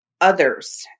others